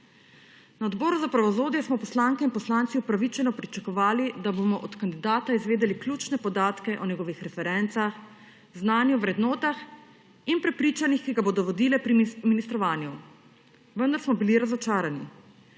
Na Odboru za pravosodje smo poslanke in poslanci upravičeno pričakovali, da bomo od kandidata izvedeli ključne podatke o njegovih referencah, znanju, vrednotah in prepričanjih, ki ga bodo vodile pri ministrovanju. Vendar smo bili razočarani.